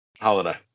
Holiday